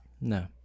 No